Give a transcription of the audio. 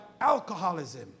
alcoholism